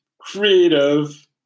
creative